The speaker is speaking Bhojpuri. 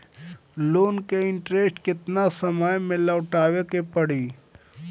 लोन के इंटरेस्ट केतना समय में लौटावे के पड़ी?